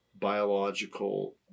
biological